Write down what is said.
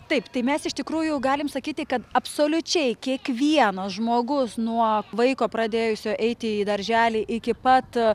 taip tai mes iš tikrųjų galim sakyti kad absoliučiai kiekvienas žmogus nuo vaiko pradėjusio eiti į darželį iki pat